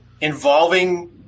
involving